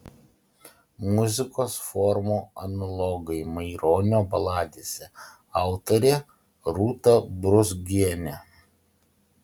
muzikos formų analogai maironio baladėse autorė rūta brūzgienė